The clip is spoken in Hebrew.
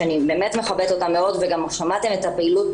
שאני באמת מכבדת אותן מאוד וגם שמעתם על הפעילות